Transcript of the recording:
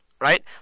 right